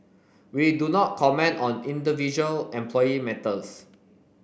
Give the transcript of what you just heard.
we do not comment on individual employee matters